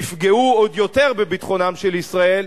יפגעו עוד יותר בביטחונם של ישראל,